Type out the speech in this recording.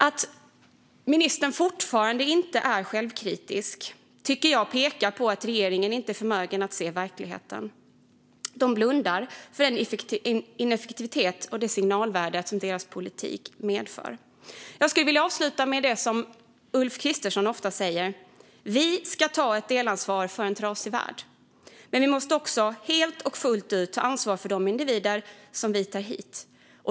Att ministern fortfarande inte är självkritisk tycker jag pekar på att regeringen inte är förmögen att se verkligheten. De blundar för ineffektivitet och det signalvärde som deras politik medför. Jag skulle vilja avsluta med det som Ulf Kristersson ofta säger, nämligen att vi ska ta ett delansvar för en trasig värld, men vi måste också helt och fullt ut ta ansvar för de individer som vi tar hit.